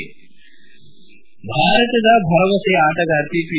head ಭಾರತದ ಭರವಸೆಯ ಆಟಗಾರ್ತಿ ಪಿ